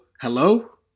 Hello